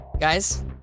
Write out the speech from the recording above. Guys